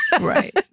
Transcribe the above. right